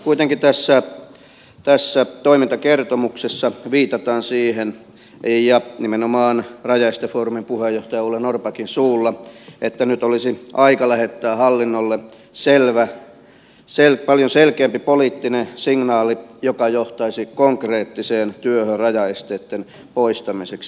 kuitenkin tässä toimintakertomuksessa viitataan siihen ja nimenomaan rajaestefoorumin puheenjohtaja ole norrbackin suulla että nyt olisi aika lähettää hallinnolle paljon selkeämpi poliittinen signaali joka johtaisi konkreettiseen työhön rajaesteitten poistamiseksi